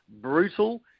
brutal